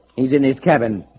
he's in his cabin,